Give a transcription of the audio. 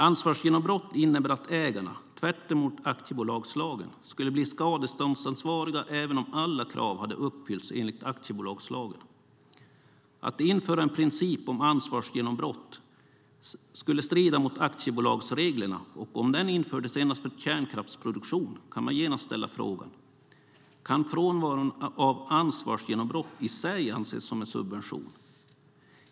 Ansvarsgenombrott innebär att ägarna, tvärtemot aktiebolagslagen, skulle bli skadeståndsansvariga även om alla krav hade uppfyllts enligt aktiebolagslagen. Att införa en princip om ansvarsgenombrott skulle strida mot aktiebolagsreglerna, och om den infördes endast för kärnkraftsproduktion kan man genast ställa frågan: Kan frånvaron av ansvarsgenombrott i sig anses som en subvention?